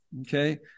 Okay